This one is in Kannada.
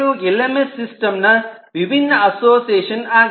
ಇವುಗಳು ಎಲ್ಎಂಎಸ್ ಸಿಸ್ಟಮ್ ನ ವಿಭಿನ್ನ ಅಸೋಸಿಯೇಷನ್ associations